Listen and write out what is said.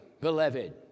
beloved